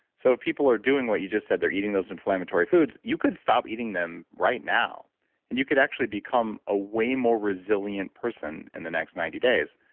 so if people are doing what you just said, they're eating those inflammatory foods, you could stop eating them right now and you could actually become a way more resilient person in the next ninety days.